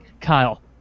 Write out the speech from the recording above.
Kyle